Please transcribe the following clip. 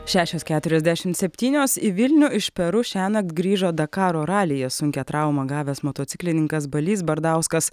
šešios keturiasdešimt septynios į vilnių iš peru šiąnakt grįžo dakaro ralyje sunkią traumą gavęs motociklininkas balys bardauskas